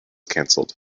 cancelled